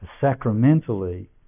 sacramentally